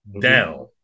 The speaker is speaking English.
down